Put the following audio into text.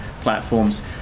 platforms